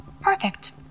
Perfect